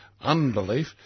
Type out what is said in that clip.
unbelief